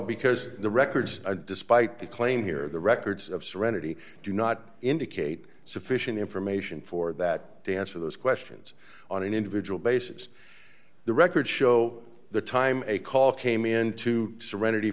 because the records despite the claim here the records of serenity do not indicate sufficient information for that to answer those questions on an individual basis the records show the time a call came into serenity